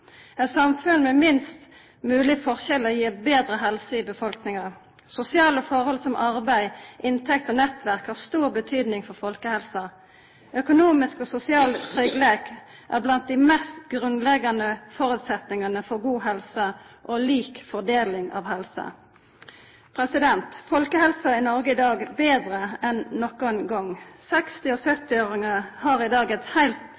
Eit samfunn med minst mogleg forskjellar gir betre helse i befolkninga. Sosiale forhold som arbeid, inntekt og nettverk har stor betydning for folkehelsa. Økonomisk og sosial tryggleik er blant dei mest grunnleggjande føresetnadene for god helse og lik fordeling av helse. Folkehelsa i Noreg er i dag betre enn nokon gong. 60- og 70-åringar har i dag ein heilt